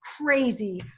crazy